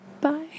Bye